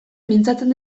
mintzatzen